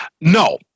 No